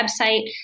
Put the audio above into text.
website